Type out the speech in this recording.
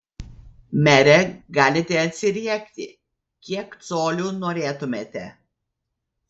mere galite atsiriekti kiek colių norėtumėte